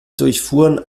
durchfuhren